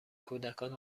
کودکان